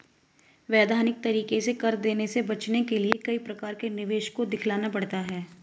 वैधानिक तरीके से कर देने से बचने के लिए कई प्रकार के निवेश को दिखलाना पड़ता है